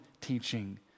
teaching